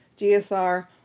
GSR